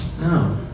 no